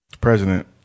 president